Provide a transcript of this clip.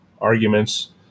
arguments